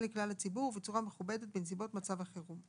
לכלל הציבור ובצורה מכובדת בנסיבות מצב החירום: